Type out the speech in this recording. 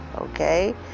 okay